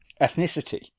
ethnicity